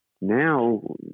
Now